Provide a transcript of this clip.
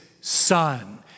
Son